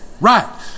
right